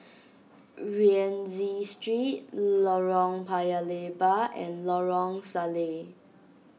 Rienzi Street Lorong Paya Lebar and Lorong Salleh